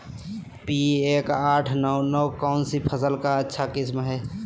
P एक आठ नौ नौ कौन सी फसल का अच्छा किस्म हैं?